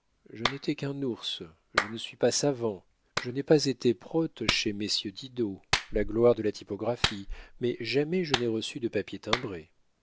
je n'étais qu'un ours je ne suis pas savant je n'ai pas été prote chez messieurs didot la gloire de la typographie mais jamais je n'ai reçu de papier timbré